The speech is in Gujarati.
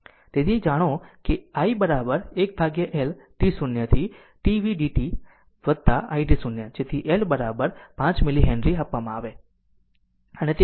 તેથી જાણો કે i 1L t 0 to t vt dt plus i t 0 જેથી L 5 મીલી હેનરી આપવામાં આવે